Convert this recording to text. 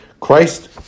Christ